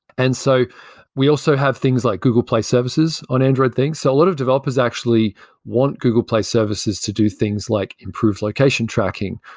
and so we also have things like google play services on android things. a so lot of developers actually want google play services to do things like improve location tracking,